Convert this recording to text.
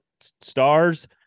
stars